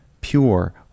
pure